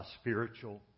spiritual